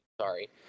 sorry